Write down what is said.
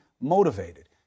motivated